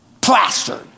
plastered